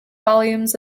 volumes